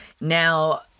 Now